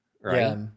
right